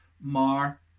mar